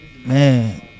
man